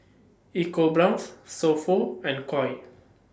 EcoBrown's So Pho and Koi